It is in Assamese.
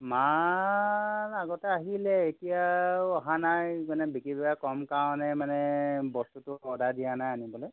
মাল আগতে আহিলে এতিয়া অহা নাই মানে বিক্ৰী বাৰ্তা কম কাৰণে মানে বস্তুটো অৰ্ডাৰ দিয়া নাই আনিবলৈ